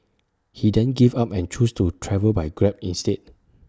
he then gave up and chose to travel by grab instead